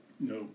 No